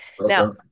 Now